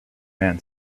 man